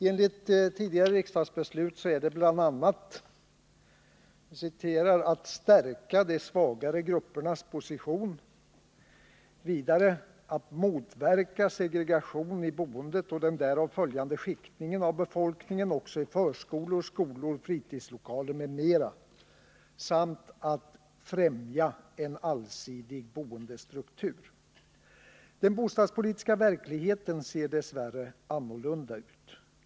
Enligt tidigare riksdagsbeslut är dessa bl.a. att ”stärka de svagare gruppernas position”, att ”motverka segregationen i boendet och den därav följande skiktningen av befolkningen också i förskolor, skolor, fritidslokaler m.m.” samt att ”främja en allsidig boendestruktur”. Den bostadspolitiska verkligheten ser dess värre annorlunda ut.